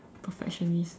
perfectionist